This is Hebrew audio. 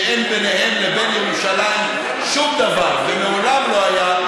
שאין ביניהן לבין ירושלים שום דבר ומעולם לא היה,